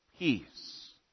Peace